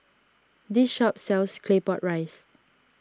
this shop sells Claypot Rice